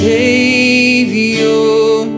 Savior